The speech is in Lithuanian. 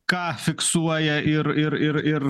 ką fiksuoja ir ir ir ir